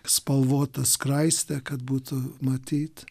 spalvotą skraistę kad būtų matyt